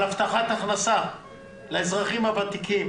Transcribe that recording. על הבטחת הכנסה לאזרחים הוותיקים